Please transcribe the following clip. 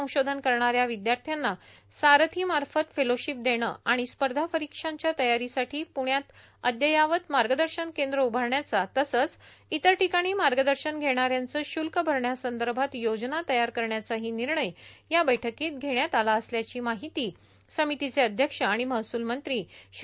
संशोधन करणाऱ्या विद्यार्थ्यांना सारथीमार्फत फेलोशिप देणे आणि स्पर्धा परीक्षांच्या तयारीसाठी प्रण्यात अद्ययावत मार्गदर्शन केंद्र उभारण्याचा तसंच इतर ठिकाणी मार्गदर्शन घेणाऱ्यांचे शुल्क भरण्यासंदर्भात योजना तयार करण्याचाही निर्णय या बैठकीत घेण्यात आला असल्याची माहिती समितीचे अध्यक्ष आणि महसूल मंत्री श्री